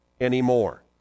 anymore